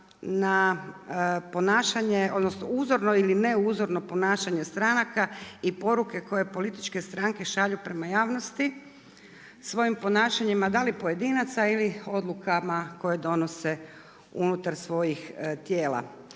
na ponašanje, odnosno, uzorno ili ne uzorno ponašanje stranka i poruke koje političke stranke šalje prema javnosti svojim ponašanjem, da li pojedinaca ili odlukama koje donose unutar svojih tijela.